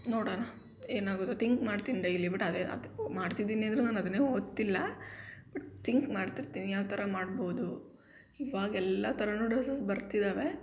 ನೋಡೋಣ ಏನಾಗೋದು ತಿಂಕ್ ಮಾಡ್ತೀನಿ ಡೈಲಿ ಬಟ್ ಅದೇ ಅದು ಮಾಡ್ತಿದ್ದೀನಿ ಅಂದ್ರೂ ನಾನು ಅದನ್ನೇ ಓದ್ತಿಲ್ಲ ಬಟ್ ಥಿಂಕ್ ಮಾಡ್ತಿರ್ತೀನಿ ಯಾವ ಥರ ಮಾಡ್ಬೋದು ಇವಾಗ ಎಲ್ಲ ಥರನೂ ಡ್ರಸ್ಸಸ್ ಬರ್ತಿದ್ದಾವೆ